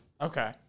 Okay